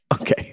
okay